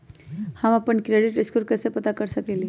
हम अपन credit score कैसे पता कर सकेली?